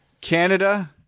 Canada